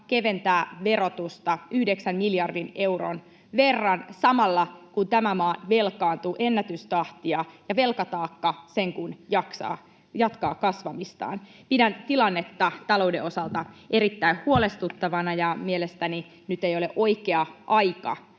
keventää verotusta yhdeksän miljardin euron verran samalla, kun tämä maa velkaantuu ennätystahtia ja velkataakka sen kuin jatkaa kasvamistaan. Pidän tilannetta talouden osalta erittäin huolestuttavana. Mielestäni nyt ei ole oikea aika